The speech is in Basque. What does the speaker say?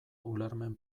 ulermen